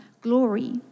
glory